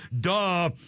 Duh